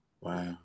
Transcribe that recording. Wow